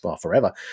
forever